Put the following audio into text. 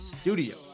studio